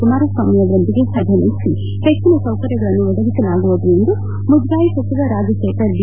ಕುಮಾರಸ್ಲಾಮಿಯವರೊಂದಿಗೆ ಸಭೆ ನಡೆಸಿ ಹೆಚ್ಚಿನ ಸೌಕರ್ಯಗಳನ್ನು ಒದಿಸಲಾಗುವುದು ಎಂದು ಮುಜರಾಯಿ ಸಚಿವ ರಾಜಶೇಖರ್ ಬಿ